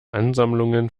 ansammlungen